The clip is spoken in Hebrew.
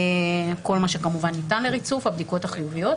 כל מה שכמובן ניתן לריצוף, הבדיקות החיוביות.